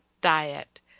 diet